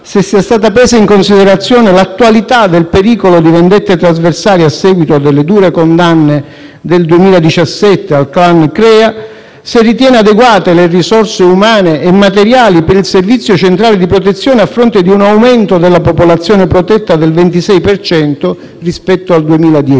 se sia stata presa in considerazione l'attualità del pericolo di vendette trasversali a seguito delle dure condanne del 2017 al clan Crea; se ritenga adeguate le risorse umane e materiali per il Servizio centrale di protezione a fronte di un aumento della popolazione protetta del 26 per cento rispetto al 2010;